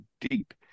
deep